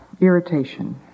irritation